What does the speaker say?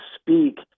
speak